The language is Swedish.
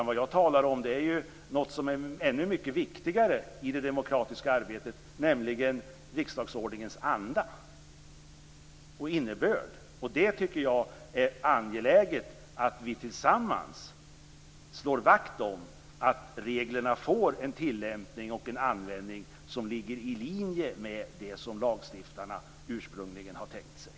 Vad jag talar om är något som är ännu viktigare i det demokratiska arbetet, nämligen riksdagsordningens anda och innebörd. Jag tycker att det är angeläget att vi tillsammans slår vakt om att reglerna får en tillämpning och en användning som ligger i linje med det som lagstiftarna ursprungligen har tänkt sig.